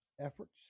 efforts